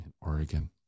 Oregon